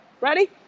Ready